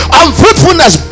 unfruitfulness